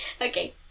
Okay